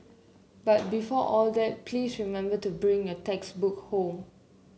but before all that please remember to bring your textbook home